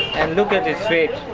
and look at its weight,